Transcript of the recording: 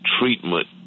treatment